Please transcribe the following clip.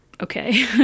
okay